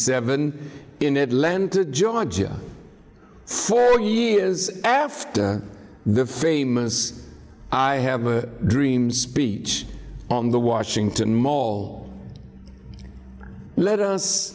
seven in atlanta georgia four years after the famous i have a dream speech on the washington mall let us